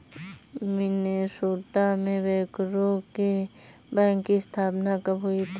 Minnesota में बैंकरों के बैंक की स्थापना कब हुई थी?